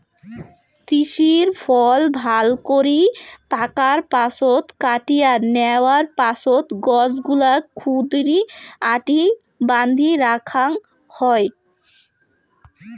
তিসির ফল ভালকরি পাকার পাছত কাটিয়া ন্যাওয়ার পাছত গছগুলাক ক্ষুদিরী আটি বান্ধি রাখাং হই